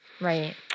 Right